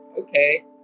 okay